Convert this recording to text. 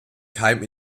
keim